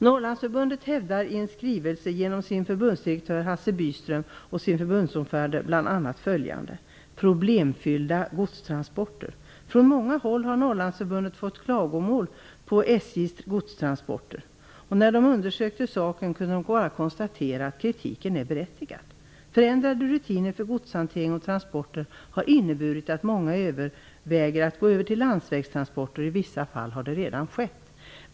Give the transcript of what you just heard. Norrlandsförbundet hävdar i en skrivelse genom sin förbundsdirektör Hasse Byström och sin förbundsordförande bl.a. följande: Från många håll har Norrlandsförbundet fått klagomål på SJs godstransporter. När vi själva undersökt saken kan vi bara konstatera att kritiken är berättigad. Förändrade rutiner för godshantering och transporter har inneburit att många överväger att gå över till landsvägstransporter och i vissa fall har det redan skett."